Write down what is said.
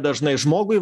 dažnai žmogui